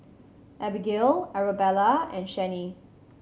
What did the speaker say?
Abigail Arabella and Chanie